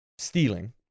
Stealing